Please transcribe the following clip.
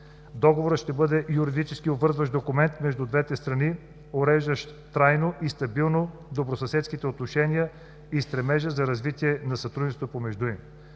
Договорът ще бъде юридически обвързващ документ между двете страни, уреждащ трайно и стабилно добросъседските отношения и стремежа за развитие на сътрудничеството помежду им.